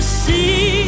see